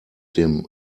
dem